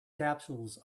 capsules